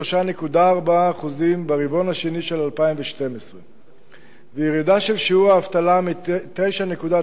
ל-63.4% ברבעון השני של 2012 וירידה של שיעור האבטלה מ-9.9%